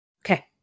Okay